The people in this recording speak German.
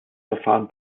verfahren